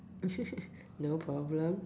no problem